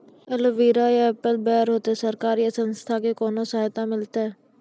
Aloe vera या apple बैर होते? सरकार या संस्था से कोनो सहायता मिलते?